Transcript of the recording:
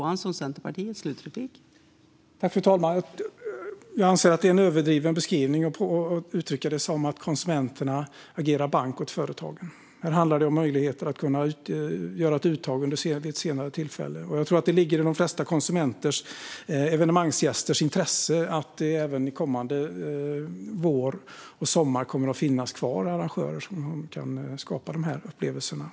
Fru talman! Jag anser att det är överdrivet att uttrycka det som att konsumenterna agerar bank åt företagen. Det handlar om möjligheten att göra uttag vid ett senare tillfälle. Jag tror att det ligger i de flesta konsumenters och evenemangsgästers intresse att det även kommande vår och sommar kommer att finnas kvar arrangörer som kan skapa de upplevelserna.